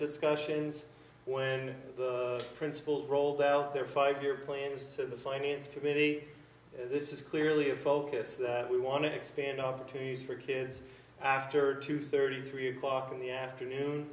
discussions when the principal rolled out their five year plan this finance committee this is clearly a focus that we want to expand opportunities for kids after two thirty three o'clock in the afternoon